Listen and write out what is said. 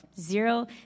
Zero